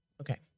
Okay